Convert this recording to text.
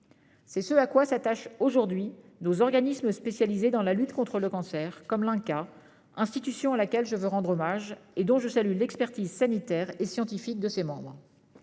C'est ce à quoi s'attachent aujourd'hui nos organismes spécialisés dans la lutte contre le cancer, comme l'INCa, institution à laquelle je veux rendre hommage et dont je salue l'expertise sanitaire et scientifique des membres.